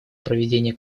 проведения